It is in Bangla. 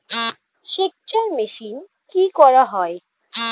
সেকচার মেশিন কি করা হয়?